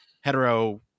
hetero